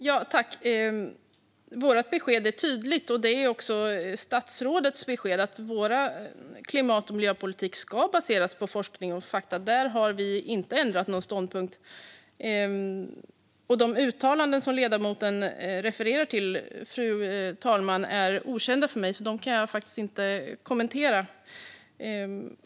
Fru talman! Vårt besked är tydligt, och det är också statsrådets besked: Vår klimat och miljöpolitik ska baseras på forskning och fakta. Där har vi inte ändrat någon ståndpunkt. De uttalanden som ledamoten refererar till, fru talman, är okända för mig, så jag kan inte kommentera dem.